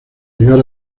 llegar